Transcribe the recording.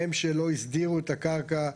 הם שלא הסדירו את הקרקע,